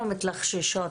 אנחנו מתלחששות.